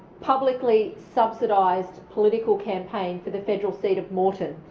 publicly subsidised political campaign for the federal seat of moreton.